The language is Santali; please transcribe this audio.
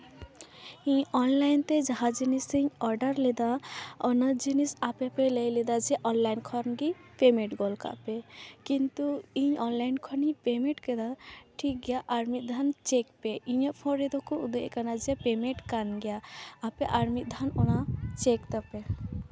ᱤᱧ ᱚᱱᱞᱟᱭᱤᱱ ᱛᱮ ᱡᱟᱦᱟᱸ ᱡᱤᱱᱤᱥᱤᱧ ᱳᱰᱟᱨ ᱞᱮᱫᱟ ᱚᱱᱟ ᱡᱤᱱᱤᱥ ᱟᱯᱮ ᱯᱮ ᱞᱟᱹᱭ ᱞᱮᱫᱟ ᱡᱮ ᱚᱱᱞᱟᱭᱤᱱ ᱠᱷᱚᱱ ᱜᱮ ᱯᱮᱢᱮᱱᱴ ᱜᱚᱫ ᱠᱟᱜ ᱯᱮ ᱠᱤᱱᱛᱩ ᱤᱧ ᱚᱱᱞᱟᱭᱤᱱ ᱠᱷᱚᱱᱤᱧ ᱯᱮᱢᱮᱱᱴ ᱠᱮᱫᱟ ᱴᱷᱤᱠ ᱜᱮᱭᱟ ᱟᱨ ᱢᱤᱫ ᱫᱷᱟᱣ ᱪᱮᱠ ᱯᱮ ᱤᱧᱟᱹᱜ ᱯᱷᱳᱱ ᱨᱮᱫᱚ ᱠᱚ ᱩᱫᱩᱜᱼᱮᱜ ᱠᱟᱱᱟ ᱡᱮ ᱯᱮᱢᱮᱱᱴ ᱠᱟᱱ ᱜᱮᱭᱟ ᱟᱯᱮ ᱟᱨ ᱢᱤᱫ ᱫᱷᱟᱣ ᱚᱱᱟ ᱪᱮᱠ ᱛᱟᱯᱮ